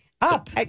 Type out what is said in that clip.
up